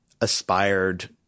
aspired